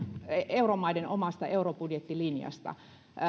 euromaiden omasta eurobudjettilinjasta